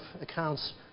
accounts